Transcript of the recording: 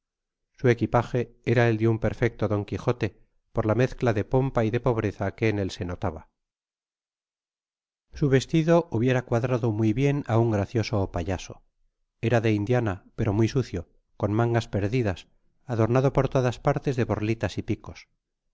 su equipaje era el de un perfecto d quijote por la mezcla de pompa y de pobreza que en él se notaba su vestido hubiera cuadrado muy bien á un gracioso ó payaso era de indiana pero muy sucio con mangas perdidas adornado por todas partes de borlitas y picos